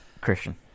Christian